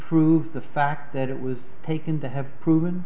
prove the fact that it was taken to have proven